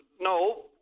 No